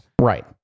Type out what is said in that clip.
Right